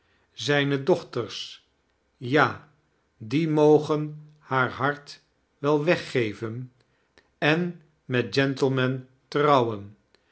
zijne dochters ja die mogen haar hart wel weggeven en met gentlemen trouwen